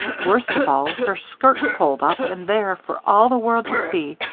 worst of all, her skirt pulled up and there, for all the world to see,